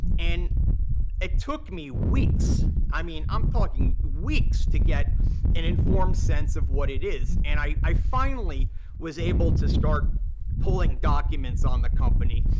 and it took me weeks. i mean, i'm talking weeks to get an informed sense of what it is. and i i finally was able to start pulling documents on the company.